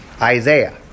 Isaiah